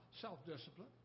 Self-discipline